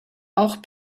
auch